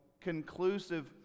conclusive